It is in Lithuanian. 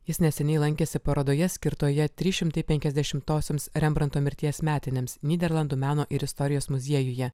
jis neseniai lankėsi parodoje skirtoje trys šimtai penkiasdešimtosioms rembranto mirties metinėms nyderlandų meno ir istorijos muziejuje